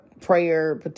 prayer